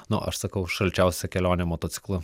nu aš sakau šalčiausia kelionė motociklu